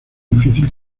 difícil